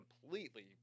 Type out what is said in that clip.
completely